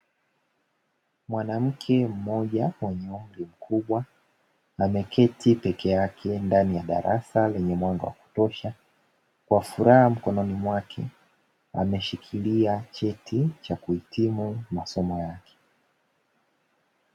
Mwanamke mmoja mwenye umri mkubwa ameketi peke yake ndani ya darasa lenye mwanga wa kutosha, kwa furaha mkononi mwake ameshikilia cheti cha kuhitimu masomo yake.